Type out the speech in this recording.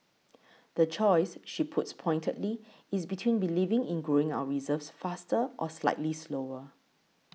the choice she puts pointedly is between believing in growing our reserves faster or slightly slower